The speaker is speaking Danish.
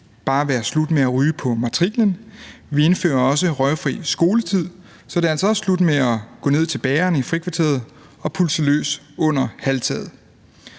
bare være slut med at ryge på matriklen, men vi indfører også røgfri skoletid. Så det er altså også slut med at gå ned til bageren i frikvarteret og pulse løs under halvtaget.